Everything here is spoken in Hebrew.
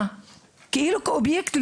כאובייקט?